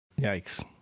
yikes